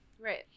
Right